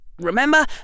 Remember